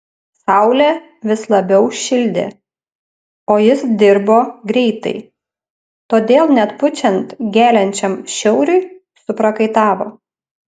saulė vis labiau šildė o jis dirbo greitai todėl net pučiant geliančiam šiauriui suprakaitavo